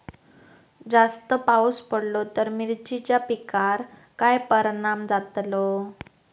जास्त पाऊस पडलो तर मिरचीच्या पिकार काय परणाम जतालो?